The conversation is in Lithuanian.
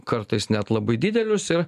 kartais net labai didelius ir